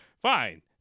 Fine